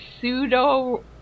pseudo